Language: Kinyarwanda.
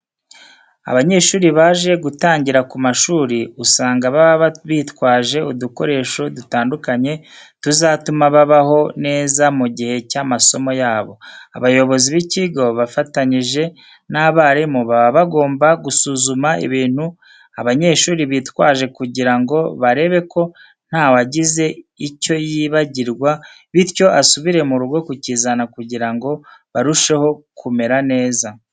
Abanyeshuri baje gutangira ku mashuri usanga baba bitwaje udukoresho dutandukanye tuzatuma babaho neza mu gihe cy'amasomo yabo. Abayobozi b'ikigo bafatanyije n'abarimu baba bagomba gusuzuma ibintu abanyeshuri bitwaje kugira ngo barebe ko ntawagize icyo yibagirwa bityo asubire mu rugo kukizana kugira ngo barusheho kumera neza.